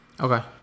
Okay